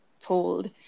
told